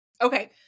Okay